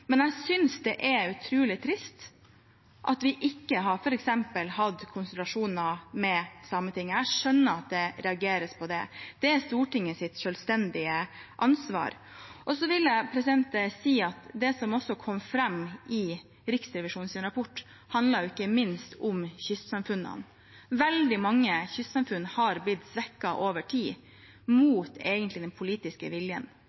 men jeg synes det er utrolig trist at vi f.eks. ikke har hatt konsultasjoner med Sametinget. Jeg skjønner at det reageres på det. Det er Stortingets selvstendige ansvar. Så vil jeg si at det som også kom fram i Riksrevisjonens rapport, ikke minst handlet om kystsamfunnene. Veldig mange kystsamfunn er blitt svekket over tid, mot den politiske viljen.